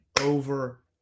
over